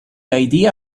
idea